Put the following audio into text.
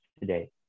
today